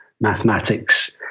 mathematics